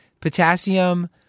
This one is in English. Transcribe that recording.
Potassium